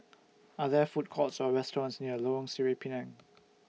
Are There Food Courts Or restaurants near Lorong Sireh Pinang